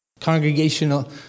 Congregational